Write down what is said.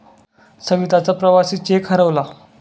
सविताचा प्रवासी चेक हरवला